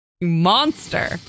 Monster